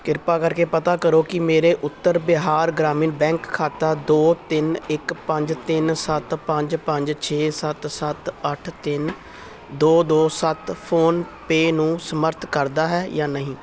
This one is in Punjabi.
ਕ੍ਰਿਪਾ ਕਰਕੇ ਪਤਾ ਕਰੋ ਕੀ ਮੇਰਾ ਉੱਤਰ ਬਿਹਾਰ ਗ੍ਰਾਮੀਣ ਬੈਂਕ ਖਾਤਾ ਦੋ ਤਿੰਨ ਇੱਕ ਪੰਜ ਤਿੰਨ ਸੱਤ ਪੰਜ ਪੰਜ ਛੇ ਸੱਤ ਸੱਤ ਅੱਠ ਤਿੰਨ ਦੋ ਦੋ ਸੱਤ ਫੋਨਪੇ ਨੂੰ ਸਮਰਥ ਕਰਦਾ ਹੈ ਜਾਂ ਨਹੀਂ